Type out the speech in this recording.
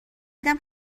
دیدم